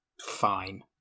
fine